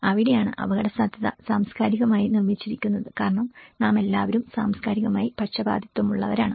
അവിടെയാണ് അപകടസാധ്യത സാംസ്കാരികമായി നിർമ്മിച്ചിരിക്കുന്നത് കാരണം നാമെല്ലാവരും സാംസ്കാരികമായി പക്ഷപാതിത്വമുള്ളവരാണ്